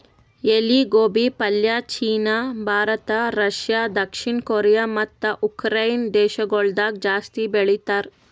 ಎಲಿ ಗೋಬಿ ಪಲ್ಯ ಚೀನಾ, ಭಾರತ, ರಷ್ಯಾ, ದಕ್ಷಿಣ ಕೊರಿಯಾ ಮತ್ತ ಉಕರೈನೆ ದೇಶಗೊಳ್ದಾಗ್ ಜಾಸ್ತಿ ಬೆಳಿತಾರ್